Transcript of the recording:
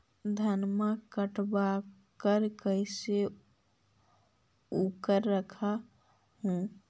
धनमा कटबाकार कैसे उकरा रख हू?